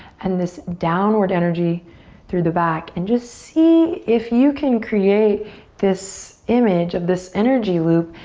and this downward energy through the back. and just see if you can create this image of this energy loop,